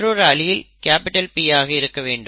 மற்றொரு allele P ஆக இருக்க வேண்டும்